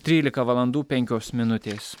trylika valandų penkios minutės